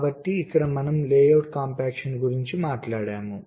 కాబట్టి ఇక్కడ మనం లేఅవుట్ కాంపాక్షన్ గురించి మాట్లాడాము